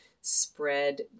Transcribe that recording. spread